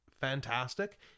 fantastic